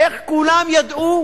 איך כולם ידעו,